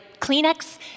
Kleenex